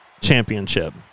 Championship